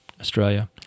Australia